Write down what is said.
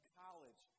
college